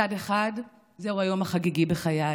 מצד אחד זהו היום החגיגי בחיי,